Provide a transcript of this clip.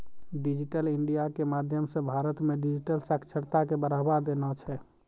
digital India के माध्यम से भारत मे डिजिटल साक्षरता के बढ़ावा देना छै